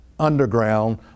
underground